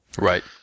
Right